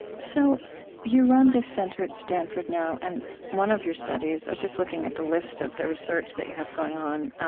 so you run the center at stanford now, and one of your studies i was just looking at the list of the research that you have going on,